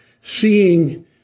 seeing